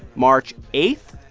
march eight.